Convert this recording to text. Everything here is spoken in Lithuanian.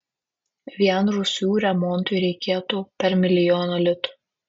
vien rūsių remontui reikėtų per milijono litų